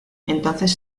entonces